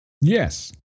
Yes